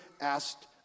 asked